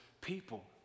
people